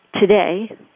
today